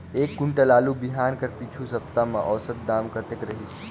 एक कुंटल आलू बिहान कर पिछू सप्ता म औसत दाम कतेक रहिस?